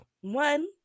one